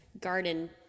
garden